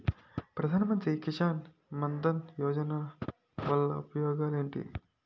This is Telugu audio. ప్రధాన మంత్రి కిసాన్ మన్ ధన్ యోజన వల్ల ఉపయోగాలు ఏంటి?